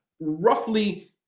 roughly